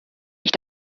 ich